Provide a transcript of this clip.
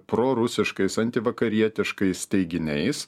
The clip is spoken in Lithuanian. prorusiškais antivakarietiškais teiginiais